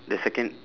the second